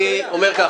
אני אומר ככה.